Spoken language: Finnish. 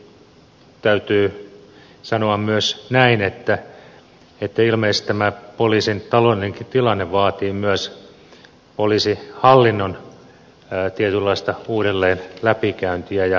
toki täytyy sanoa myös näin että ilmeisesti tämä poliisin taloudellinenkin tilanne vaatii myös poliisihallinnon tietynlaista uudelleenläpikäyntiä ja arviointia